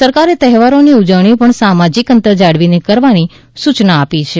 સરકારે તહેવારોની ઉજવણી પણ સામાજિક અંતર જાળવીને કરવાની સૂચના આપી છે